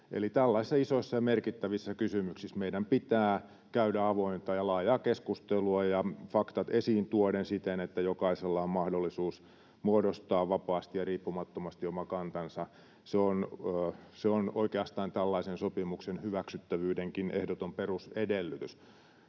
eli tällaisissa isoissa ja merkittävissä kysymyksissä meidän pitää käydä avointa ja laajaa keskustelua tuoden faktat esiin siten, että jokaisella on mahdollisuus muodostaa vapaasti ja riippumattomasti oma kantansa. Se on oikeastaan tällaisen sopimuksen hyväksyttävyydenkin ehdoton perusedellytys.